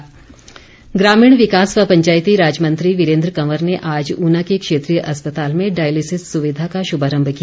वीरेन्द्र कंवर ग्रामीण विकास व पंचायती राज मंत्री वीरेन्द्र कंवर ने आज ऊना के क्षेत्रीय अस्पताल में डायलिसिस सुविधा का शुभारंभ किया